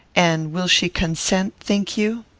and will she consent, think you?